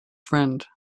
friend